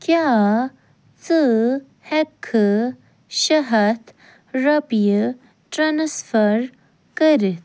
کیٛاہ ژٕ ہٮ۪کھہٕ شےٚ ہَتھ رۄپیہِ ٹرانسفر کٔرِتھ